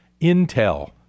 Intel